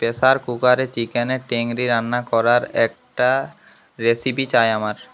pressure কুকারে চিকেনের টেংরি রান্না করার একটা রেসিপি চাই আমার